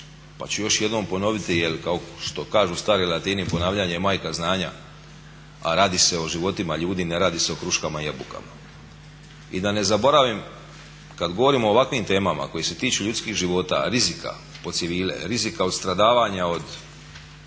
Pa ću još jednom ponoviti jel kao što kažu stari Latini ponavljanje je majka znanja, a radi se o životima ljudi, ne radi se o kruškama i jabukama. I da ne zaboravim, kada govorimo o ovakvim temama koji se tiču ljudskih života, rizika po civile, rizika od stradavanja od